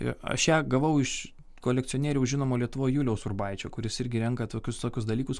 ir aš ją gavau iš kolekcionieriaus žinomo lietuvoj juliaus urbaičio kuris irgi renka tokius tokius dalykus